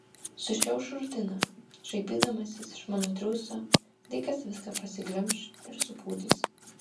sušiauš rutiną šaipydamasis iš mano triūso laikas viską pasiglemš ir supūdys